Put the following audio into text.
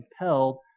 compelled